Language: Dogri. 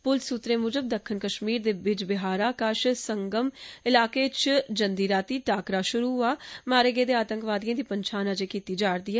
पुलस सूत्रे मूजब दक्खन कश्मीर दे बिजेबिहाड़ा कश संगम इलाके च जंदी रातीं टाकरा शुरू होआ मारे गेदे आतंकवादिएं दी पंछान अजें कीती जा'रदी ऐ